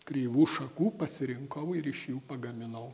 kreivų šakų pasirinkau ir iš jų pagaminau